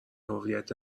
هویت